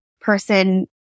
person